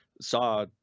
saw